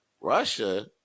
Russia